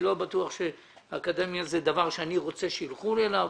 אני לא בטוח שהאקדמיה זה דבר שאני רוצה שילכו אליו.